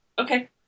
Okay